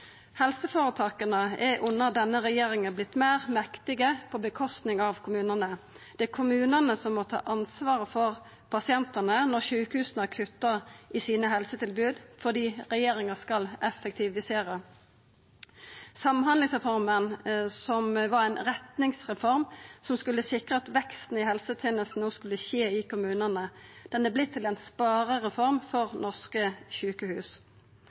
Helseføretaka har under denne regjeringa vorte meir mektige på kostnad av kommunane. Det er kommunane som må ta ansvaret for pasientane når sjukehusa kuttar i sine helsetilbod fordi regjeringa skal effektivisera. Samhandlingsreforma, som var ei retningsreform som skulle sikra at veksten i helsetenestene no skulle skje i kommunane, er vorten ei sparereform for norske sjukehus.